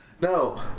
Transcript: No